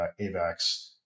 AVAX